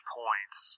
points